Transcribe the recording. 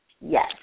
Yes